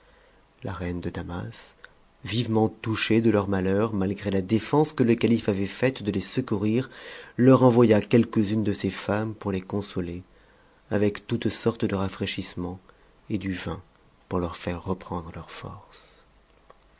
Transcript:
la reine de damas vivement touchée de leur malheur malgré la défense que le calife avait faite de les secourir leur envoya quelques-unes de ses femmes pour les consoler avec toute sorte de rafraîchissements et du vin pour leur faire reprendre leurs forces